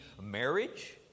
marriage